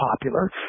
popular